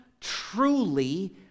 truly